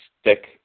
stick